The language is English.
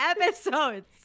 episodes